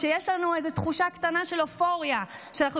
כשיש לנו איזו תחושה קטנה של אופוריה שאנחנו